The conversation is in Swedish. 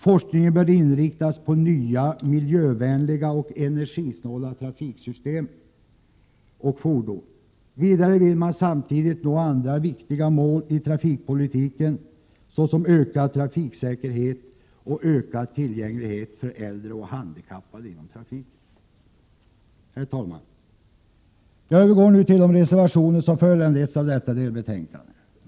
Forskningen bör inriktas på nya miljövänliga och energisnåla trafiksystem och fordon. Man vill samtidigt nå andra viktiga mål i trafikpolitiken, såsom ökad trafiksäkerhet och ökad tillgänglighet för äldre och handikappade inom trafiken. Herr talman! Jag övergår nu till de reservationer som föranletts av detta betänkande.